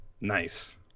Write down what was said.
Nice